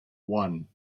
one